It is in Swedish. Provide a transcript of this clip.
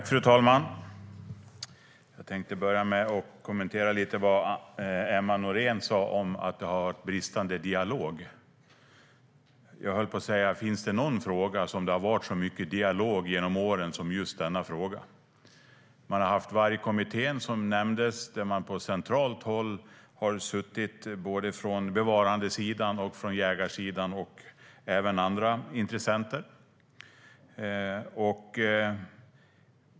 Fru talman! Jag tänkte kommentera lite av vad Emma Nohrén sa om att det har varit bristande dialog. Jag höll på att säga: Finns det någon fråga där det har varit så mycket dialog genom åren som i just denna fråga? Man har haft Vargkommittén, som nämndes, där både bevarandesidan och jägarsidan och även andra intressenter har suttit.